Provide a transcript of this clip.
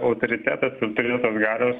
autoritetas ir turėtos galios